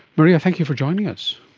maria, thank you for joining us.